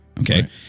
okay